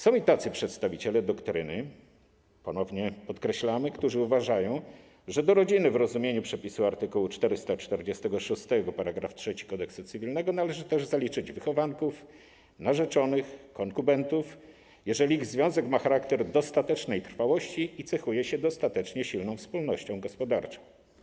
Są i tacy przedstawiciele doktryny - ponownie podkreślamy - którzy uważają, że do rodziny w rozumieniu przepisu art. 446 § 3 Kodeksu cywilnego należy też zaliczyć wychowanków, narzeczonych, konkubentów, jeżeli ich związek ma charakter dostatecznej trwałości i cechuje się dostatecznie silną wspólnością gospodarczą.